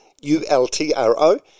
U-L-T-R-O